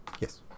Yes